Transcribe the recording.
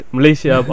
Malaysia